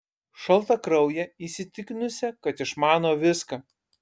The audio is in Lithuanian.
šaltakrauję įsitikinusią kad išmano viską